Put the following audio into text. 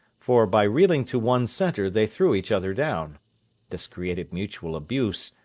for by reeling to one centre they threw each other down this created mutual abuse,